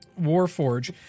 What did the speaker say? warforge